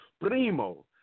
Primo